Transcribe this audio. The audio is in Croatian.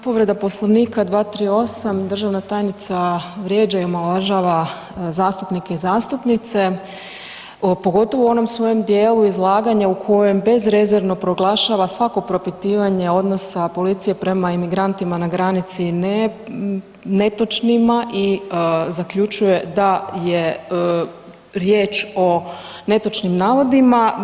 Povreda Poslovnika 238. državna tajnica vrijeđa i omalovažava zastupnike i zastupnice pogotovo u onom svojem dijelu izlaganja u kojem bezrezervno proglašava svako propitivanje odnosa policije prema imigrantima na granici netočnima i zaključuje da je riječ o netočnim navodima.